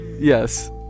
Yes